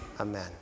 Amen